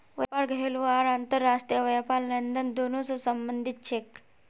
व्यापार घरेलू आर अंतर्राष्ट्रीय व्यापार लेनदेन दोनों स संबंधित छेक